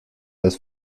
das